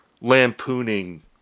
lampooning